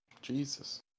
Jesus